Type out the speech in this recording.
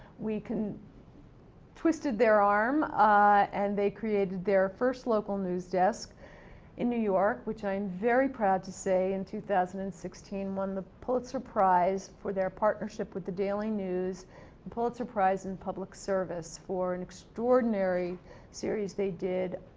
we twisted their arm and they created their first local news desk in new york, which i'm very proud to say in two thousand and sixteen won the pulitzer prize for their partnership with the daily news. the pulitzer prize in public service for an extraordinary series they did